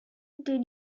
did